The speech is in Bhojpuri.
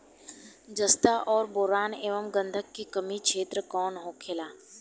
जस्ता और बोरान एंव गंधक के कमी के क्षेत्र कौन होखेला?